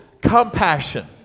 compassion